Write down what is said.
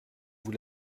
vous